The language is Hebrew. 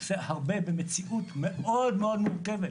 הוא עושה הרבה במציאות מאוד מאוד מורכבת.